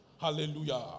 Hallelujah